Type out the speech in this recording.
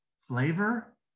flavor